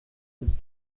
ist